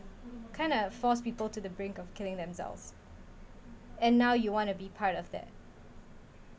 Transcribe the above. kind of force people to the brink of killing themselves and now you want to be part of that